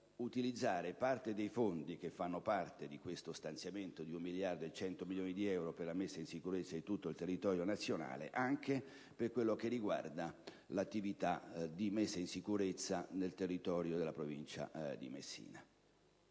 utilizzare parte dei fondi, che fanno parte di questo stanziamento di 1 miliardo e 100 milioni di euro per la messa in sicurezza di tutto il territorio nazionale, anche per quello che riguarda l'attività di messa in sicurezza nel territorio della provincia di Messina.